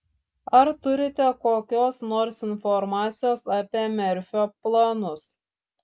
ar turite kokios nors informacijos apie merfio planus